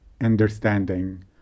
understanding